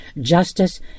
justice